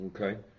Okay